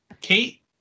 Kate